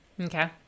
Okay